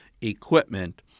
equipment